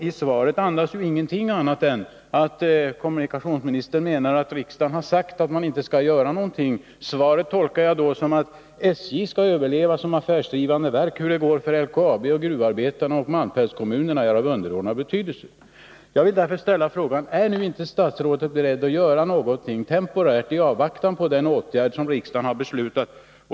I svaret sägs ju ingenting annat än att kommunikationsministern menar att riksdagen har sagt att man inte skall göra någonting. Då tolkar jag svaret så att SJ skall överleva som affärdrivande verk, och hur det går för LKAB, gruvarbetarna och malmfältskommunerna är av underordnad betydelse. Jag vill därför ställa frågan: Är nu inte statsrådet beredd att göra någonting temporärt i avvaktan på den åtgärd som riksdagen har beslutat?